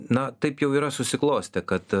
na taip jau yra susiklostę kad